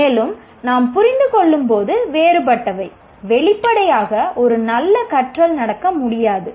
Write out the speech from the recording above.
மேலும் நாம் புரிந்துகொள்ளும்போது வேறுபட்டவை வெளிப்படையாக ஒரு நல்ல கற்றல் நடக்க முடியாது